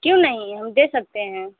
क्यों नहीं हम दे सकते हैं